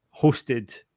hosted